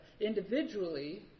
individually